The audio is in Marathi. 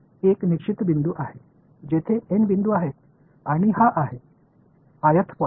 तेथे एक निश्चित बिंदू आहे जेथे एन बिंदू आहेत आणि हा आहे आयथ पॉईंट